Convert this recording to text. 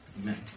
Amen